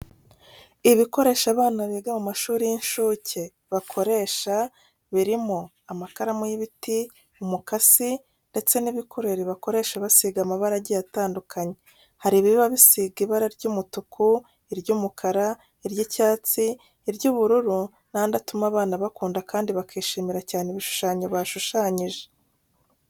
Ibikoresho abana biga mu mashuri y'inshuke bakoresha birimo amakaramu y'ibiti, umukasi ndetse n'ibikureri bakoresha basiga amabara agiye atandukanye. Hari ibiba bisiga ibara ry'umutuku, iry'umukara, iry'icyatsi, iry'ubururu n'andi atuma abana bakunda kandi bakishimira cyane ibishushanyo bashushanyize